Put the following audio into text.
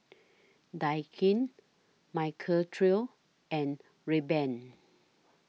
Daikin Michael Trio and Rayban